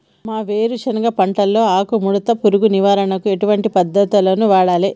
మా వేరుశెనగ పంటలో ఆకుముడత పురుగు నివారణకు ఎటువంటి పద్దతులను వాడాలే?